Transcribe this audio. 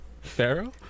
Pharaoh